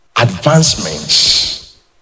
advancements